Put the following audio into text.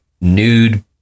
nude